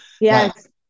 Yes